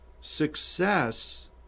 Success